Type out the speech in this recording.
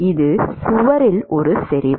இது சுவரில் ஒரு செறிவு